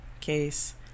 case